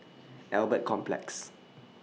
Albert Complex